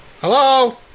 Hello